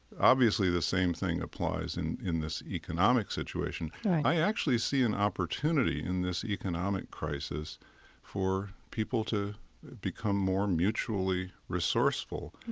obviously, the same thing applies in in this economic situation right i actually see an opportunity in this economic crisis for people to become more mutually resourceful,